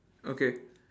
okay